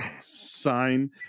sign